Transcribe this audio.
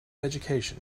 education